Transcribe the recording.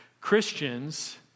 Christians